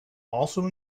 also